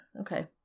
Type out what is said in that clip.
Okay